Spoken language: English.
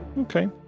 Okay